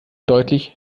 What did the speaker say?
deutlich